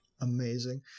amazing